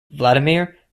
vladimir